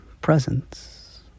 presence